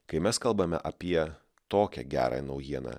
kai mes kalbame apie tokią gerąją naujieną